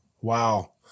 Wow